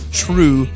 true